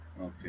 Okay